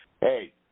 hey